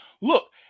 look